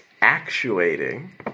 Actuating